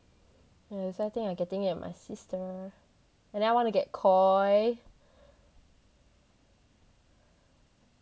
mm so I think I getting it with my sister and then I wanna get koi